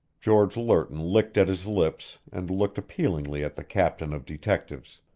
george lerton licked at his lips and looked appealingly at the captain of detectives.